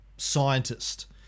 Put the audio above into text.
Scientist